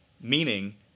Meaning